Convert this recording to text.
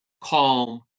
calm